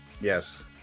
yes